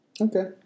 Okay